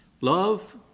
Love